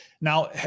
Now